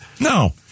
No